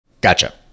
Gotcha